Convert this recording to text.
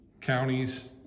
counties